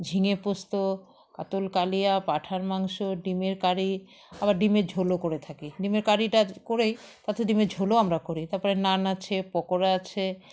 ঝিঙে পোস্ত কাতল কালিয়া পাঁঠার মাংস ডিমের কারি আবার ডিমের ঝোলও করে থাকি ডিমের কারিটা করেই তাতে ডিমের ঝোলও আমরা করি তারপরে নান আছে পকোড়া আছে